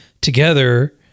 together